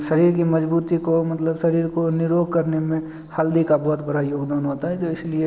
शरीर की मजबूती को मतलब शरीर को निरोग करने में हल्दी का बहुत बड़ा योगदान होता है तो इसलिए